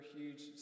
huge